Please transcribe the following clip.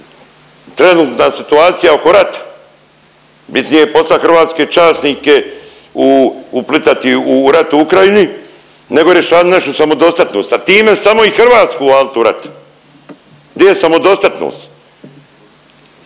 Trenutna situacija je oko rata, bitnije je poslat hrvatske časnike u, uplitati u rat u Ukrajini nego rješavat našu samodostatnost, a time samo i Hrvatsku uvalit u rat, gdje je samodostatnost?